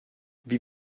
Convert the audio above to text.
wie